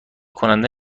کننده